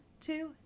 two